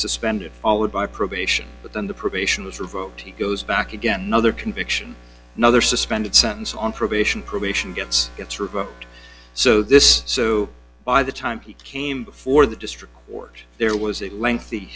suspended all of by probation but then the probation was revoked he goes back again another conviction another suspended sentence on probation probation gets gets revoked so this so by the time he came before the district there was a lengthy